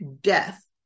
death